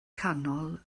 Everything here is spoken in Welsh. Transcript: canol